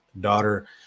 daughter